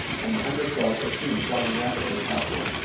and the hundred gulls were soon flying rapidly southward.